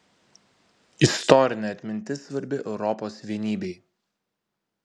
istorinė atmintis svarbi europos vienybei